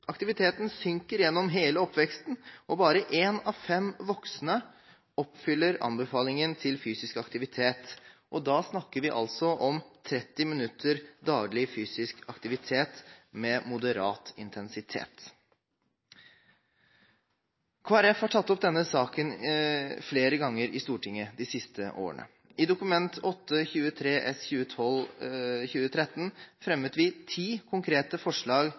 Aktiviteten synker gjennom hele oppveksten, og bare én av fem voksne oppfyller anbefalingene til fysisk aktivitet, og da snakker vi om 30 minutter daglig fysisk aktivitet med moderat intensitet. Kristelig Folkeparti har tatt opp denne saken flere ganger i Stortinget de siste årene. I Dokument 8:23 S for 2012–2013 fremmet vi ti konkrete forslag